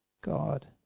God